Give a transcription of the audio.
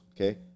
Okay